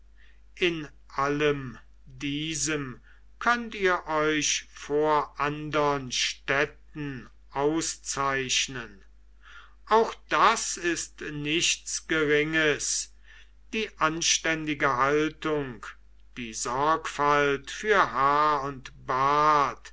in allem diesem könnt ihr euch vor andern städten auszeichnen auch das ist nichts geringes die anständige haltung die sorgfalt für haar und bart